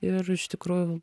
ir iš tikrųjų